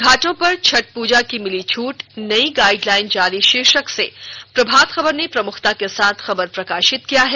घाटों पर छठ प्रजा की मिली छूट नयी गाइडलाइन जारी शीर्षक से प्रभात खबर ने प्रमुखता के साथ खबर प्रकाशित किया है